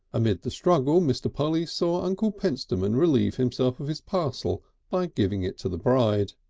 amid the struggle mr. polly saw uncle pentstemon relieve himself of his parcel by giving it to the bride.